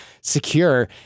secure